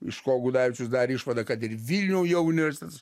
iš ko gudavičius darė išvadą kad ir vilnio jau universitetas